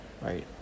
right